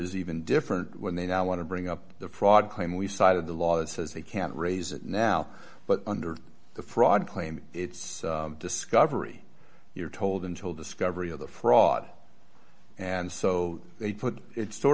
is even different when they now want to bring up the fraud claim we cited the laws says they can't raise it now but under the fraud claim it's discovery you're told until discovery of the fraud and so they put it sort